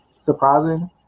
surprising